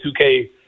2K